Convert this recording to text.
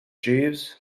jeeves